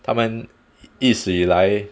他们一直以来